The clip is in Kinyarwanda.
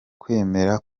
kwemera